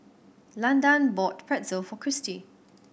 Landan bought Pretzel for Christi